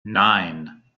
nine